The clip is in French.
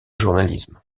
journalisme